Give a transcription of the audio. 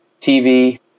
TV